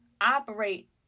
operate